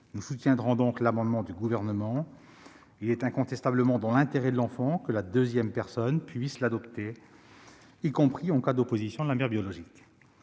Nous soutiendrons donc l'amendement du Gouvernement. Il est incontestablement dans l'intérêt de l'enfant que la deuxième personne puisse l'adopter, y compris si la mère biologique